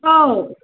औ